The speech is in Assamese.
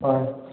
হয়